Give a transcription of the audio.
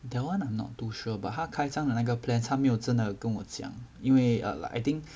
that one I'm not too sure but 他开开的那个 plans 他没有真的跟我讲因为 err like I think